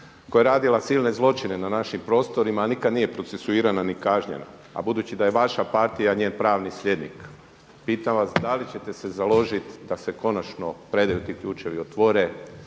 koja je radila civilne zločine na našim prostorima, a nikad nije procesuirana ni kažnjena. A budući da je vaša partija njen pravni slijednik. Pitam vas da li ćete se založit da se konačno predaju ti ključevi, otvore